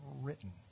written